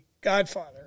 Godfather